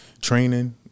training